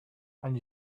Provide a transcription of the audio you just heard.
and